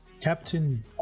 Captain-